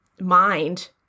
mind